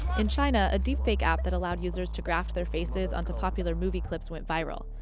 in china, a deepfake app that allowed users to graft their faces onto popular movie clips went viral.